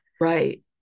Right